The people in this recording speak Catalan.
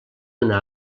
una